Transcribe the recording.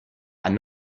and